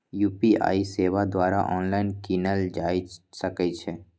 UPI सेवा द्वारा online कीनल जा सकइ छइ